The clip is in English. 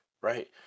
Right